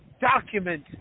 document